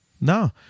No